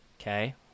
Okay